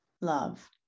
love